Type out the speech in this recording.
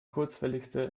kurzwelligste